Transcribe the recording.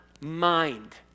mind